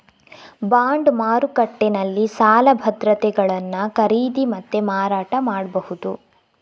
bond ಮಾರುಕಟ್ಟೆನಲ್ಲಿ ಸಾಲ ಭದ್ರತೆಗಳನ್ನ ಖರೀದಿ ಮತ್ತೆ ಮಾರಾಟ ಮಾಡ್ಬಹುದು